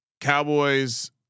Cowboys